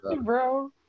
bro